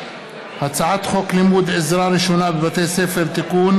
הצעת חוק לימוד עזרה ראשונה בבתי ספר (תיקון),